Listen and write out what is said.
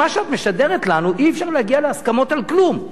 מה שאת משדרת לנו הוא שאי-אפשר להגיע להסכמות על כלום,